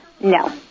No